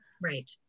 Right